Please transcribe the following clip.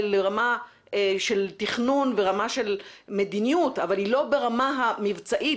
לרמה של תכנון וברמה של מדיניות אבל היא לא ברמה המבצעית,